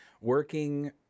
Working